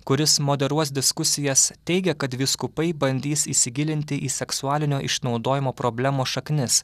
kuris moderuos diskusijas teigia kad vyskupai bandys įsigilinti į seksualinio išnaudojimo problemos šaknis